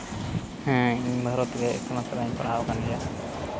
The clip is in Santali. ᱦᱮᱸ ᱤᱧ ᱵᱷᱟᱨᱚᱛ ᱨᱮ ᱤᱛᱩᱱ ᱟᱥᱲᱟᱧ ᱯᱟᱲᱦᱟᱣ ᱠᱟᱱ ᱜᱮᱭᱟ